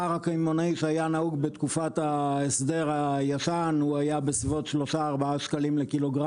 הפער הקמעונאי שהיה נהוג בתקופת ההסדר הישן היה בסביבות 3-4 ₪ לק"ג.